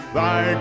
thy